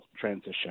transition